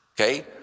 Okay